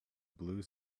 blue